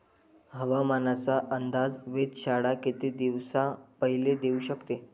हवामानाचा अंदाज वेधशाळा किती दिवसा पयले देऊ शकते?